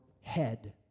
head